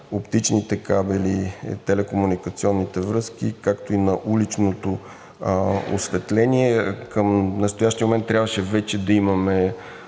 оптичните кабели и телекомуникационните връзки, както и на уличното осветление. Към настоящия момент трябваше вече да имаме,